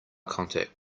contact